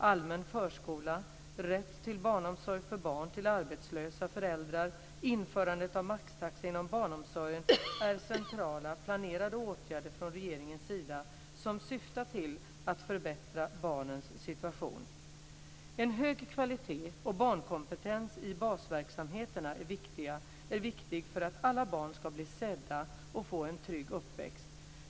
Allmän förskola, rätt till barnomsorg för barn till arbetslösa föräldrar och införandet av maxtaxa inom barnomsorgen är centrala, planerade åtgärder från regeringens sida som syftar till att förbättra barnens situation. En hög kvalitet och barnkompetens i basverksamheterna är viktigt för att alla barn ska bli sedda och få en trygg uppväxt.